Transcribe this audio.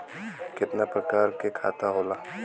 कितना प्रकार के खाता होला?